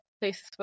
places